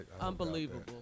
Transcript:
Unbelievable